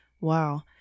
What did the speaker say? Wow